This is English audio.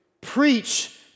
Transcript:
preach